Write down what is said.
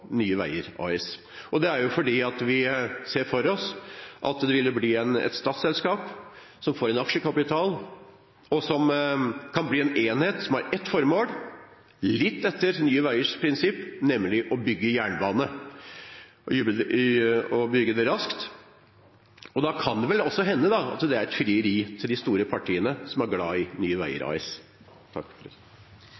Nye Veier AS. Det er fordi vi ser for oss at det ville blitt et statsselskap som får en aksjekapital og som kan bli en enhet som har ett formål – litt etter Nye Veiers prinsipp for å bygge vei, men å bygge jernbane og bygge den raskt. Da kan det vel også hende at det er et frieri til de store partiene som er glad i Nye